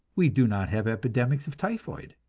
we do not have epidemics of typhoid.